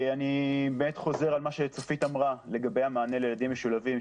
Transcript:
אני חוזר על מה שצופית אמרה לגבי המענה לילדים משולבים,